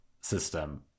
system